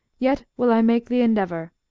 yet will i make the endeavour.